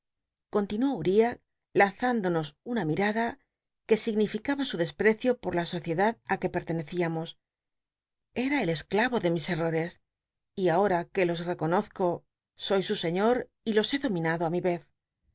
onlinuó l'riah lanuindonos una mimda que significaba su desprecio po la sociedad i tuc pertenecíamos e a el esclam de mis eoes y ahora que los reconozco soy su señor y los he dominado i mi yez